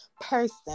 person